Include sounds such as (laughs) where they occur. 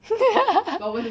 (laughs)